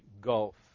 gulf